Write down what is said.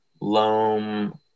loam